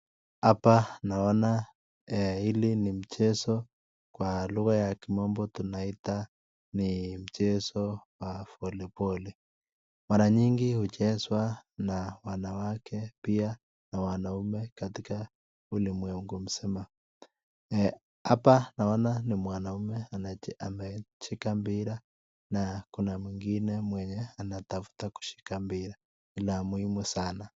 Hapa naona hili ni mchezo kwa lugha ya kimombo tunaita ni mchezo wa volleyball ,mara nyingi huchezwa na wanawake pia na wanaume katika ulimwengu mzima. Hapa naona nj mwanaume ameshika mpira na kuna mwengine mwenye anatafuta kushika mpira la muhimu sana.